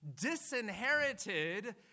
disinherited